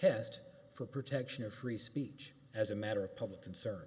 test for protection of free speech as a matter of public concern